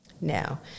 Now